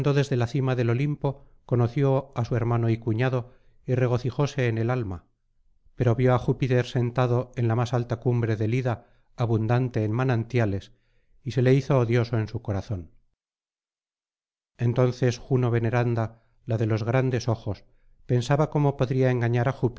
desde la cima del olimpo conoció á su hermano y cuñado y regocijóse en el alma pero vio á júpiter sentado en la más alta cumbre del ida abundante en manantiales y se le hizo odioso en su corazón entonces juno veneranda la de los grandes ojos pensaba cómo podría engañar á